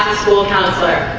school counselor.